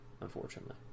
unfortunately